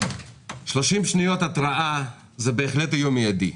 30 שניות התרעה זה בהחלט איום מיידי,